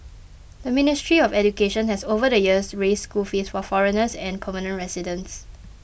the ministry of education has over the years raised school fees for foreigners and permanent residents